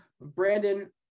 Brandon